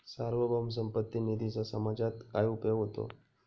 सार्वभौम संपत्ती निधीचा समाजात काय उपयोग होतो?